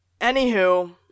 Anywho